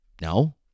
No